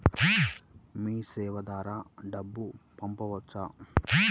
మీసేవ ద్వారా డబ్బు పంపవచ్చా?